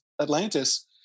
Atlantis